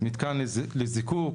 מתקן לזיקוק.